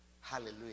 Hallelujah